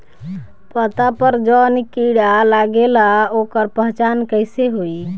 पत्ता पर जौन कीड़ा लागेला ओकर पहचान कैसे होई?